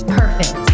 perfect